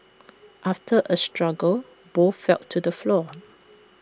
after A struggle both fell to the floor